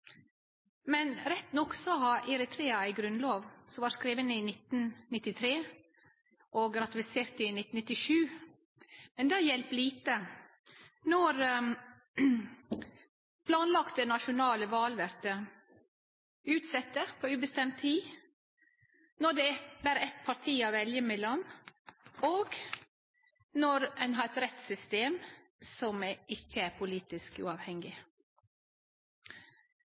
Rett nok har Eritrea ei grunnlov som vart skriven i 1993 og ratifisert i 1997, men det hjelper lite når planlagde nasjonale val vert utsette på ubestemt tid, når det berre er eitt parti å velje mellom, og når ein har eit rettssystem som ikkje er politisk uavhengig.